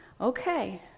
Okay